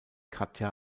katja